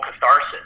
catharsis